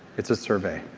it's a survey.